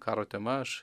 karo tema aš